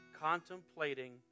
contemplating